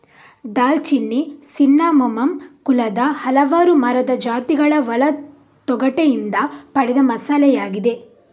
ದಾಲ್ಚಿನ್ನಿ ಸಿನ್ನಮೋಮಮ್ ಕುಲದ ಹಲವಾರು ಮರದ ಜಾತಿಗಳ ಒಳ ತೊಗಟೆಯಿಂದ ಪಡೆದ ಮಸಾಲೆಯಾಗಿದೆ